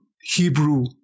Hebrew